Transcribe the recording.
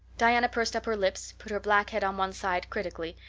diana pursed up her lips, put her black head on one side critically,